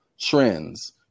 trends